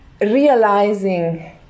realizing